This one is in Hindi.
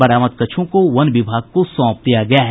बरामद कछुओं को वन विभाग को सौंप दिया गया है